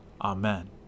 Amen